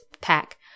pack